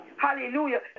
hallelujah